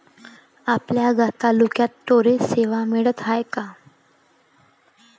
आपल्या तालुक्यात स्टोरेज सेवा मिळत हाये का?